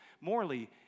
Morally